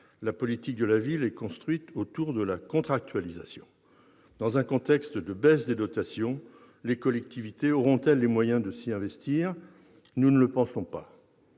la politique de la ville est construite autour de la contractualisation. Dans un contexte de baisse des dotations, les collectivités auront-elles les moyens de s'y investir ? Nous ne le pensons pas.